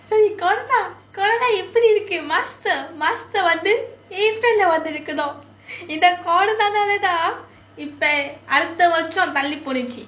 so confirm corona எப்படி இருக்கு:eppadi irukku master master வந்து:vanthu april leh வந்து இருக்கணும் இந்த:vanthu irukkunum intha corona வால தான் இப்ப அடுத்த வருஷம் தள்ளி போயிடுச்சு:vaala thaan ippa adutha varusham thalli poyiduchchu